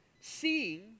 Seeing